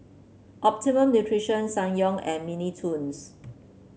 Optimum Nutrition Ssangyong and Mini Toons